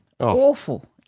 Awful